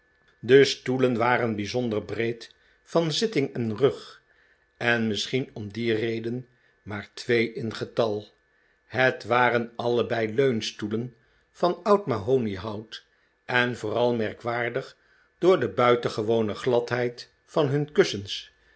de stoelen waren bijzonder breed van zitting en rug en misschien om die reden maar twee in getal het waren allebei leunstoelen'van oud mahoniehout en vooral merkwaardig door de buitengewone gladheid van hun kussens